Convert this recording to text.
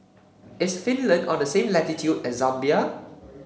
is Finland on the same latitude as Zambia